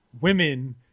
women